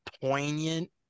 poignant